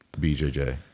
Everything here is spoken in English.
BJJ